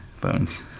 bones